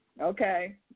Okay